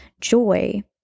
joy